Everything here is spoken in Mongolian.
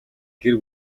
гэр